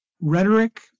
rhetoric